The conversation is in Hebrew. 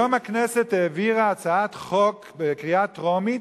היום הכנסת העבירה הצעת חוק בקריאה טרומית,